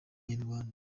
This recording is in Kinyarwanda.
inyarwanda